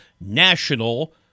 national